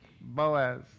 Boaz